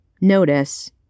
Notice